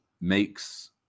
makes